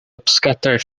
uppskattar